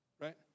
Right